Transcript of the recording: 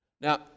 Now